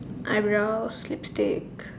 eyebrows lipsticks